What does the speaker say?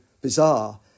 bizarre